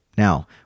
Now